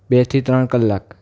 બેથી ત્રણ કલાક